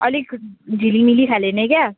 अलिक झिलिमिली खाले नै क्या